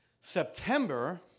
September